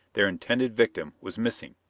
their intended victim, was missing.